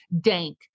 dank